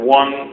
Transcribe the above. one